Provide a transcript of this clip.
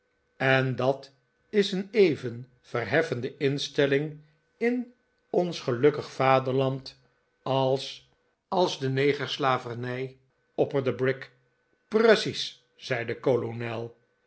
en dat is een even verheffende instelling in ons gelukkige vaderland als als de negerslavernij opperde brick precies zei de kolonel